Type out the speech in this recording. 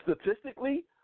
statistically